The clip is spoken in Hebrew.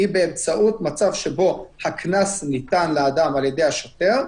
היא באמצעות מצב שבו הקנס ניתן לאדם על ידי השוטר,